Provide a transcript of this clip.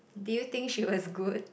did you think she was good